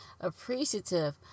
appreciative